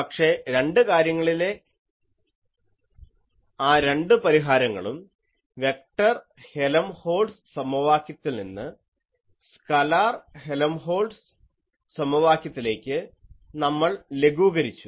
പക്ഷേ രണ്ട് കാര്യങ്ങളിലെ ആ രണ്ടു പരിഹാരങ്ങളും വെക്ടർ ഹെലംഹോൾട്ട്സ് സമവാക്യത്തിൽ നിന്ന് സ്കലാർ ഹെലംഹോൾട്ട്സ് സമവാക്യത്തിലേക്ക് നമ്മൾ ലഘൂകരിച്ചു